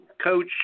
Coach